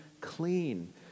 clean